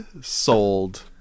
sold